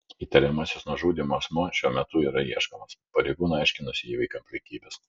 įtariamasis nužudymu asmuo šiuo metu yra ieškomas pareigūnai aiškinasi įvykio aplinkybes